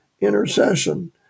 Intercession